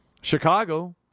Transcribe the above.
Chicago